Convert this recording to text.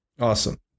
Awesome